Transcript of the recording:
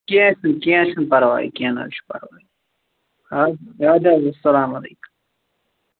کیٚنٛہہ چھُنہٕ کیٚنٛہہ چھُنہٕ پرواے کیٚنٛہہ نہٕ حظ چھُ پرواے اَدٕ اَدٕ حظ سلام علیکُم